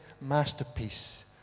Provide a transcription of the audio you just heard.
masterpiece